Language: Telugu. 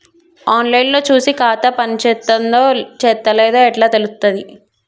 ఆన్ లైన్ లో చూసి ఖాతా పనిచేత్తందో చేత్తలేదో ఎట్లా తెలుత్తది?